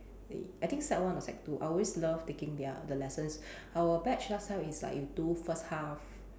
I think sec one or sec two I always love taking their the lessons our batch last time is like you do first half